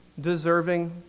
deserving